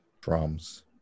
Drums